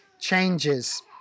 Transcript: changes